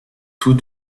tous